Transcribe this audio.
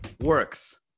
works